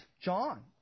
John